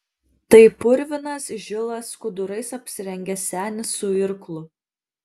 tai purvinas žilas skudurais apsirengęs senis su irklu